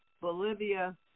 Bolivia